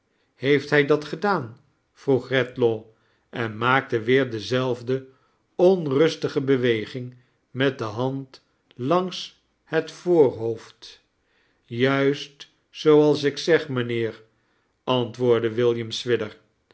heeft hij dat gedaan vroeg redlaw en maakte weer dezelfde onrustige beweging met de hand langs het voorhoofd juist zooals ik zeg mijnheer antwoordde william swidger